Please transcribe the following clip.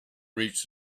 reached